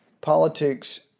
politics